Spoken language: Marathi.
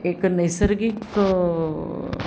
एक नैसर्गिक